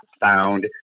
found